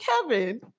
Kevin